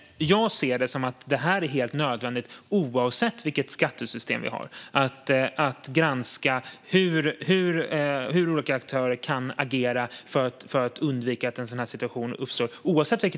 Jag ser det som att det, oavsett vilket skattesystem vi har, är helt nödvändigt att granska hur olika aktörer kan agera för att undvika att en sådan här situation uppstår.